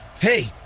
Hey